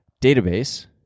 database